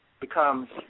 becomes